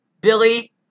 Billy